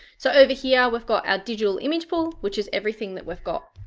so over here we've got our digital image pool which is everything that we've got